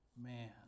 man